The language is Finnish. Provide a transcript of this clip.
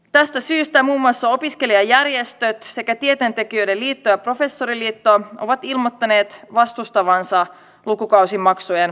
tästä syystä muun muassa opiskelijajärjestöt sekä tieteentekijöiden liitto ja professoriliitto ovat ilmoittaneet vastustavansa lukukausimaksujen vakinaistamista